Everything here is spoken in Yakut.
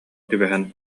түбэһэн